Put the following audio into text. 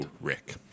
Rick